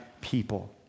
people